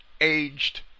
aged